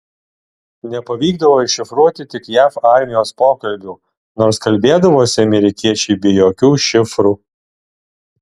nepavykdavo iššifruoti tik jav armijos pokalbių nors kalbėdavosi amerikiečiai be jokių šifrų